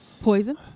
Poison